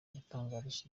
yatangarije